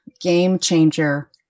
game-changer